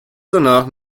danach